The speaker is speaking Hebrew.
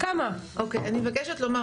מבקשת לומר,